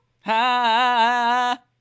ha